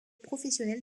professionnelle